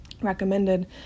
recommended